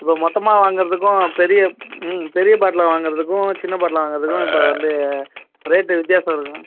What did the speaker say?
இப்போ மொத்தமாக வாங்குகிறதுக்கும் பெரிய ம் பெரிய பாட்டிலாக வாங்குகிறதுக்கும் சின்ன பாட்டிலாக வாங்குகிறதுக்கும் இப்போ வந்து ரேட்டு வித்தியாசம் இருக்கா